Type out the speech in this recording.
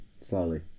slowly